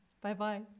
Bye-bye